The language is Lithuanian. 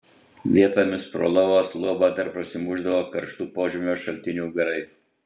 vietomis pro lavos luobą dar prasimušdavo karštų požemio šaltinių garai